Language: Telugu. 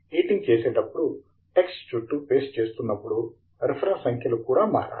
ఎడిటింగ్ చేసేటప్పుడు టెక్స్ట్ చుట్టూ పేస్ట్ చేస్తున్నప్పుడు రిఫరెన్స్ సంఖ్యలు కూడా మారాలి